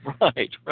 Right